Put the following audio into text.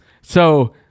So-